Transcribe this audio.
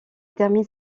termine